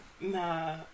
Nah